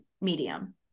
medium